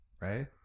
Right